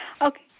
Okay